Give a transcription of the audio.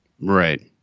Right